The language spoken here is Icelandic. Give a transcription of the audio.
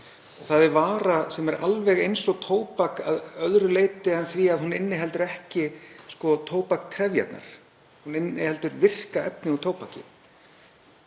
það er vara sem er alveg eins og tóbak að öðru leyti en því að hún inniheldur ekki tóbakstrefjarnar. Hún inniheldur virka efnið úr tóbaki.